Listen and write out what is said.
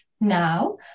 now